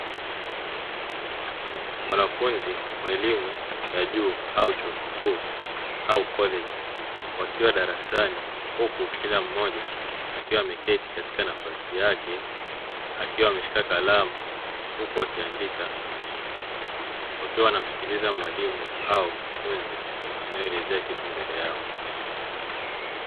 Wanafunzi wa elimu ya juu au chuo kikuu au koleji wakiwa darasani huku kila mmoja akiwa ameketi katika nafasi yake, akiwa ameshika kalama huku akiandika, wakiwa wanamsikiliza mwalimu au mkufunzi anayeelezea kitu mbele yao.